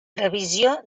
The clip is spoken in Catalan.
previsió